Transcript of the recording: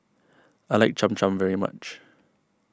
I like Cham Cham very much